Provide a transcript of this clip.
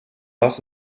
warst